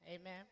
Amen